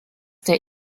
der